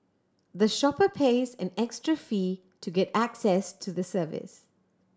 the shopper pays an extra fee to get access to the service